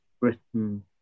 Britain